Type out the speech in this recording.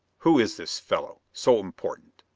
who is this fellow so important?